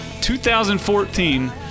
2014